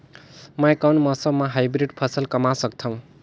मै कोन मौसम म हाईब्रिड फसल कमा सकथव?